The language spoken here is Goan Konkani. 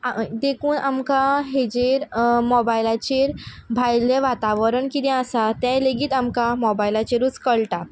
आं देखून आमकां हेजेर मॉबायलाचेर भायलें वातावरण कितें आसा तें लेगीत आमकां मॉबायलाचेरूच कळटा